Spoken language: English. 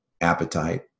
appetite